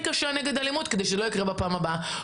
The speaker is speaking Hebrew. קשה נגד אלימות כדי שזה לא יקרה בפעם הבאה.